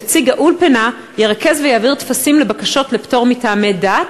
נציג האולפנה ירכז ויעביר טפסים לבקשות לפטור מטעמי דת.